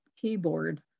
keyboard